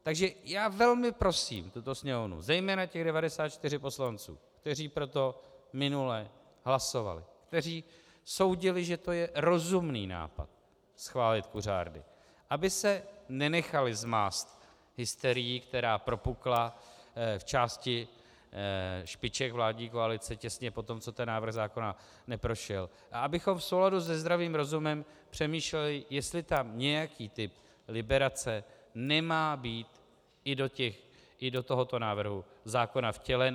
Takže já velmi prosím tuto Sněmovnu, zejména těch 94 poslanců, kteří pro to minule hlasovali, kteří usoudili, že je rozumný nápad schválit kuřárny, aby se nenechali zmást hysterií, která propukla v části špiček vládní koalice těsně po tom, co ten návrh zákona neprošel, a abychom v souladu se zdravým rozumem přemýšleli, jestli nějaký typ liberace nemá být i do tohoto návrhu zákona vtělen.